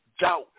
doubt